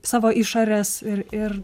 savo išorės ir ir